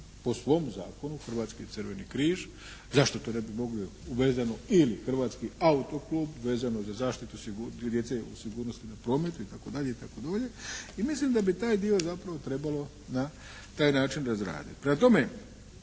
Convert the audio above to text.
po svom zakonu Hrvatski crveni križ. Zašto to ne bi mogli … ili Hrvatski autoklub vezano za zaštitu djece u sigurnosti na promet itd. itd. i mislim da bi taj dio zapravo trebalo na taj način razraditi. Prema